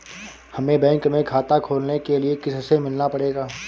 हमे बैंक में खाता खोलने के लिए किससे मिलना पड़ेगा?